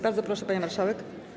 Bardzo proszę, pani marszałek.